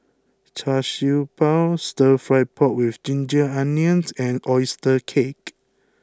Char Siew Bao Stir Fry Pork with Ginger Onions and Oyster Cake